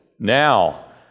Now